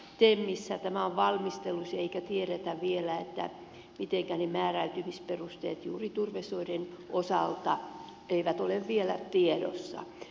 temissä tämä on valmistelussa eikä tiedetä vielä mitkä ovat ne määräytymisperusteet juuri turvesoiden osalta ne eivät ole vielä tiedossa